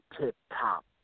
tip-top